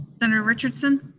senator richardson?